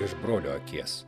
iš brolio akies